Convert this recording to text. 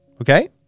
Okay